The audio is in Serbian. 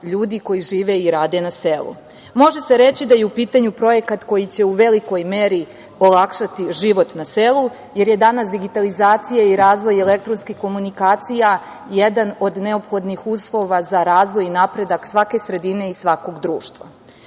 ljudi koji žive i rade na selu. Može se reći da je u pitanju projekat koji će u velikoj meri olakšati život na selu, jer je danas digitalizacija i razvoj elektronskih komunikacija jedan od neophodnih uslova za razvoj i napredak svake sredine i svakog društva.U